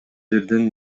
жерден